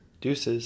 Deuces